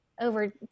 over